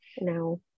no